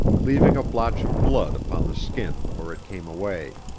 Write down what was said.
leaving a blotch of blood upon the skin where it came away.